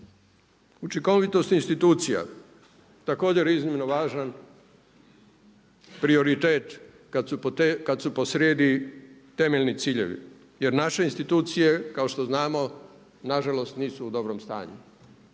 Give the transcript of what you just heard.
Učinkovitost institucija, također iznimno važan prioritet kad su posrijedi temeljni ciljevi. Jer naše institucije kao što znamo nažalost nisu u dobrom stanju.